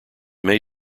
may